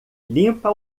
limpa